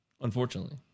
Unfortunately